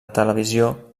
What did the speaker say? televisió